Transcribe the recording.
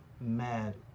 mad